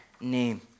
name